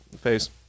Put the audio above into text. face